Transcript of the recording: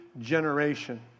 generation